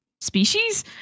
species